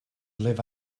live